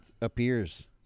appears